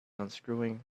unscrewing